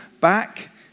back